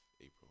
April